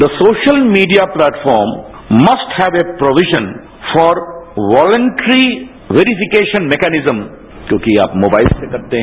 the social media platform must have a provision for voluntary verification mechanism क्योंकि आप mobile से करते हैं